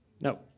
No